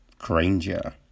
Granger